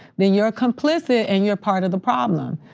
then you're complicit and you're part of the problem.